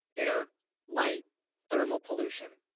air light thermal pollution